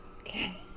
Okay